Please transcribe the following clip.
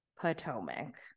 Potomac